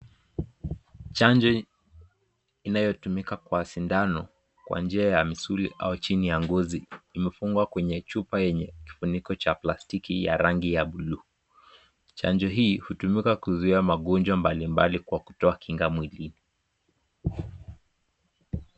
Chanjo inayo tumika kwa shindano, kwa njia ya misuli au jini ya ngozi. Imefungwa kwenye chupa yenye kifuniko cha plastiki ya rangi ya buluu. Chanjo hii utumika kuzuhia magonjwa mbali mbali kwa kutoa kinga mwilini.